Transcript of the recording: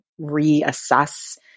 reassess